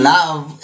Love